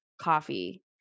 coffee